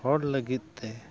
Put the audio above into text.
ᱦᱚᱲ ᱞᱟᱹᱜᱤᱫᱛᱮ